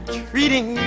treating